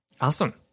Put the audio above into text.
Awesome